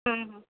হুম হুম